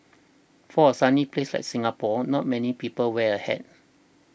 for a sunny place like Singapore not many people wear a hat